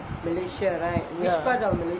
ya